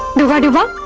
dooba dooba?